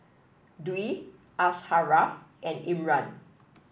Dwi Asharaff and Imran